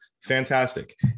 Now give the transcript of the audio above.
Fantastic